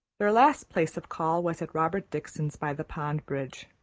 their last place of call was at robert dickson's by the pond bridge.